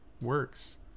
works